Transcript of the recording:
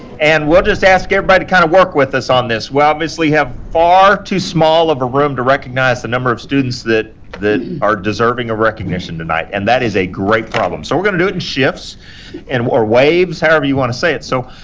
and we'll just ask everybody to kind of work with us on this. we obviously have far too small of a room to recognize the number of students that are deserving a recognition tonight, and that is a great problem. so, we're going to do it in shifts and or waves, however you want to say it, so,